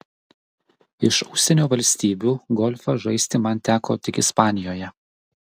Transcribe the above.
iš užsienio valstybių golfą žaisti man teko tik ispanijoje